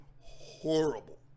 horrible